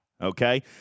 okay